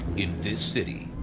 in this city,